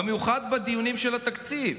במיוחד בדיונים של התקציב.